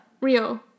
Rio